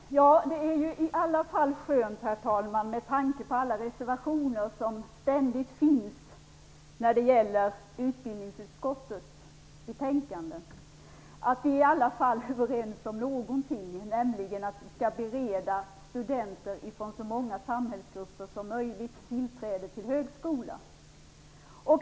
Herr talman! Det är i alla fall skönt, med tanke på alla reservationer som ständigt finns till utbildningsutskottets betänkanden, att vi är överens om någonting, nämligen att vi skall bereda studenter från så många samhällsgrupper som möjligt tillträde till högskolan.